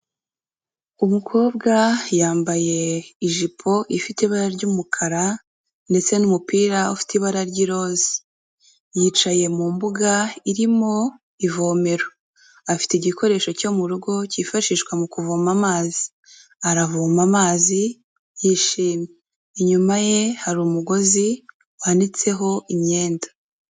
Umukobwa yambaye ijipo ifite ibara ry'umukara, ndetse n'umupira ufite ibara ry'iroza. Yicaye mu mbuga irimo ivomero. Afite igikoresho cyo mu rugo cyifashishwa mu kuvoma amazi, aravoma amazi yishimye. Inyuma ye hari umugozi wanitseho imyenda.